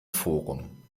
forum